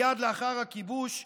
מייד לאחר הכיבוש,